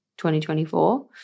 2024